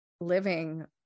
living